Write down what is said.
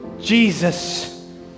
Jesus